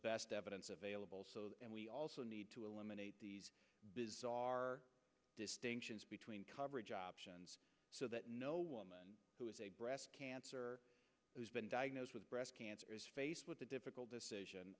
best evidence available and we also need to eliminate these bizarre distinctions between coverage options so that no woman who has a breast cancer who's been diagnosed with breast cancer is faced with a difficult decision